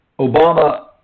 Obama